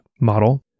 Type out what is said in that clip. model